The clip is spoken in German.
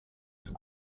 ist